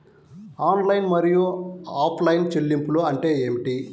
Online మరియు offline చెల్లింపులు అంటే ఏమిటి?